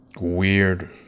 weird